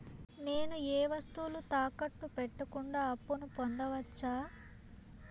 నేను ఏ వస్తువులు తాకట్టు పెట్టకుండా అప్పును పొందవచ్చా?